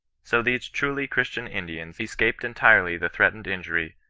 so these truly christian indians escaped entirely the threatened injury,